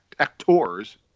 Actors